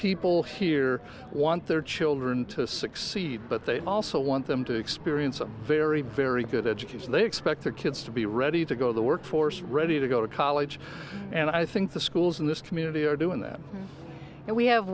people here want their children to succeed but they also want them to experience a very very good education they expect their kids to be ready to go to the workforce ready to go to college and i think the schools in this community are doing that and we have